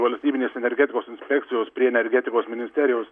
valstybinės energetikos inspekcijos prie energetikos ministerijos